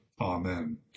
Amen